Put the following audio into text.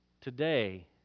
today